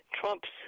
Trump's